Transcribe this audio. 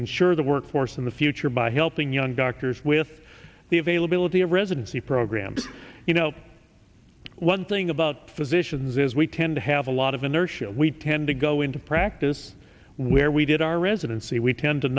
ensure the workforce in the future by helping young doctors with the availability of residency programs you know one thing about physicians is we tend to have a lot of inertia we tend to go into practice where we did our residency we tend to